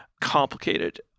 complicated